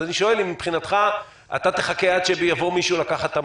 אז אני שואל אם מבחינתך אתה תחכה עד שיבוא מישהו לקחת את המקל.